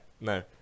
no